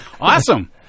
Awesome